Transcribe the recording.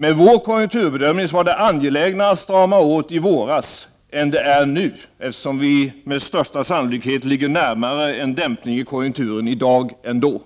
Med vår konjunkturbedömning var det angelägnare att strama åt i våras än det är nu, eftersom vi med största sannolikhet befinner oss närmare en dämpning av konjunkturen i dag än vi gjorde då.